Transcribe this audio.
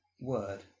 word